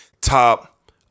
top